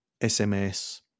SMS